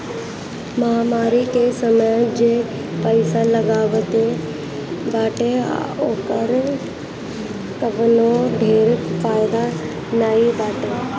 महामारी के समय जे पईसा लगवले बाटे ओकर कवनो ढेर फायदा नाइ बाटे